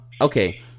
okay